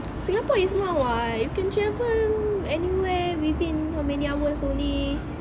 singapore is small what you can travel anywhere within how many hours only